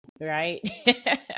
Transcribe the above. right